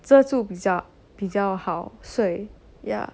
遮住比较比较好睡 ya